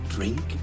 Drink